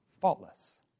faultless